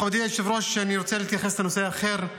מכובדי היושב-ראש, אני רוצה להתייחס לנושא אחר: